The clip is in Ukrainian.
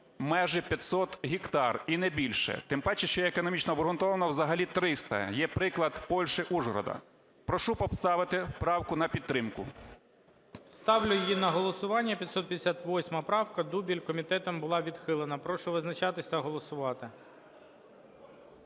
межах 500 гектар і не більше, тим паче, що економічно обґрунтовано взагалі 300. Є приклад Польщі, Ужгорода. Прошу поставити правку на підтримку. ГОЛОВУЮЧИЙ. Ставлю її на голосування, 558 правка, Дубіль. Комітетом була відхилена. Прошу визначатися та голосувати.